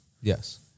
Yes